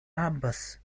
аббас